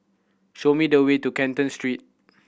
show me the way to Canton Street